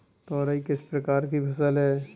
तोरई किस प्रकार की फसल है?